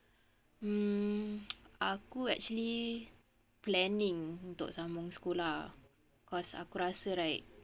mm aku actually actually planning untuk sambung sekolah cause aku rasa right